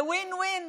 זה win-win,